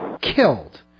killed